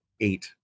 eight